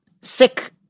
sick